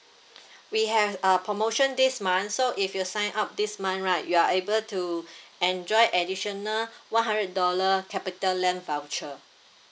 we have uh promotion this month so if you sign up this month right you are able to enjoy additional one hundred dollar capital land voucher